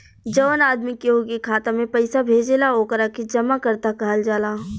जवन आदमी केहू के खाता में पइसा भेजेला ओकरा के जमाकर्ता कहल जाला